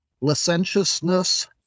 licentiousness